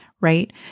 right